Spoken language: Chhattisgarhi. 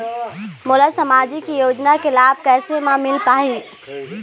मोला सामाजिक योजना के लाभ कैसे म मिल पाही?